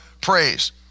praise